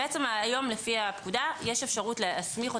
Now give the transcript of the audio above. הום לפי הפקודה יש אפשרות להסמיכם